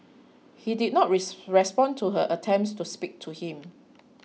he did not respond to her attempts to speak to him